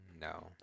No